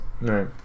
Right